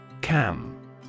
Cam